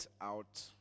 out